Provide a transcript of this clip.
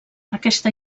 aquesta